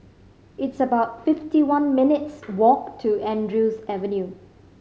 it's about fifty one minutes' walk to Andrews Avenue